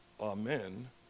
amen